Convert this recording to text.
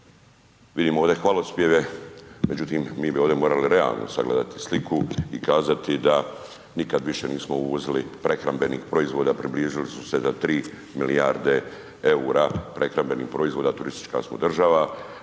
Vidimo ovdje hvalospjeve međutim mi bi ovdje morali realno sagledati sliku i kazati da nikad više nismo uvozili prehrambenih proizvoda, približili smo se do 3 milijarde eura prehrambenih proizvoda, turistička smo država,